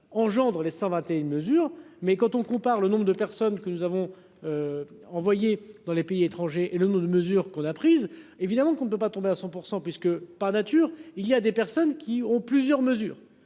engendre les 121 mesures mais quand on compare le nombre de personnes que nous avons. Envoyé dans les pays étrangers et le mot de mesures qu'on a prise évidemment qu'on ne peut pas tomber à 100% puisque, par nature, il y a des personnes qui ont plusieurs mesures